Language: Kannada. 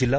ಜಿಲ್ಲಾ